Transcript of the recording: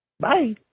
Bye